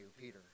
Peter